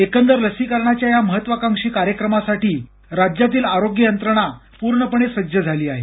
एकंदर लसीकरणाच्या या महत्वाकांक्षी कार्यक्रमासाठी राज्यातील आरोग्य यंत्रणा पूर्णपणे सज्ज झाली आहे